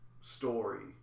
story